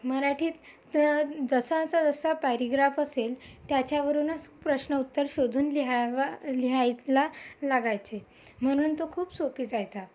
मराठीत जसाचा जसा पॅरेग्राफ असेल त्याच्यावरूनच प्रश्न उत्तर शोधून लिहावा लिहायला लागायचे म्हणून तो खूप सोपी जायचा